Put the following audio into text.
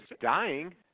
dying